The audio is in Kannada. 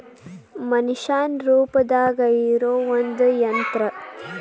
ಮನಷ್ಯಾನ ರೂಪದಾಗ ಇರು ಒಂದ ಯಂತ್ರ